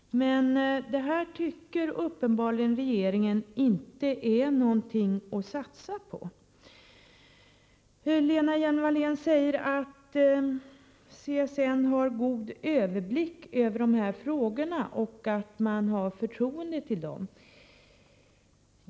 Men regeringen tycker uppenbarligen inte att det är någonting att satsa på. Lena Hjelm-Wallén säger att CSN har god överblick över de här frågorna och att man har förtroende för CSN.